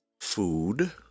Food